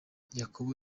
yuko